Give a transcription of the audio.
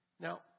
Now